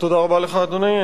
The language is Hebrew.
תודה רבה לך, אדוני.